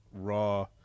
Raw